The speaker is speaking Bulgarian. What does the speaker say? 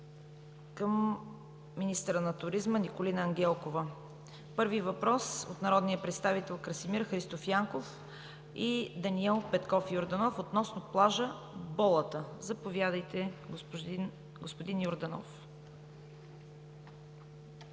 към министъра на туризма Николина Ангелкова. Първият въпрос е от народните представители Красимир Христов Янков и Даниел Петков Йорданов относно плажа „Болата“. Заповядайте, господин Йорданов.